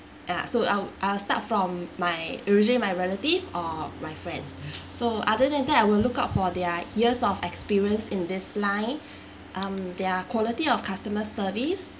ya so I'll I'll start from my usually my relative or my friends so other than that I will look up for their years of experience in this line um their quality of customer service